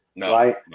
right